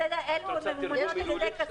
אתה יודע, אלו ממומנות על ידי כספי ציבור.